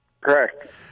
Correct